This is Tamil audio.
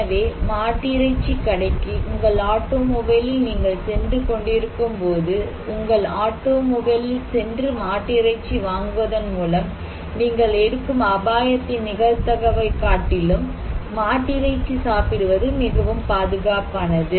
எனவே மாட்டிறைச்சி கடைக்கு உங்கள் ஆட்டோமொபைலில் நீங்கள் சென்று கொண்டிருக்கும்போது உங்கள் ஆட்டோமொபைலில் சென்று மாட்டிறைச்சி வாங்குவதன் மூலம் நீங்கள் எடுக்கும் அபாயத்தின் நிகழ்தகவைக் காட்டிலும் மாட்டிறைச்சி சாப்பிடுவது மிகவும் பாதுகாப்பானது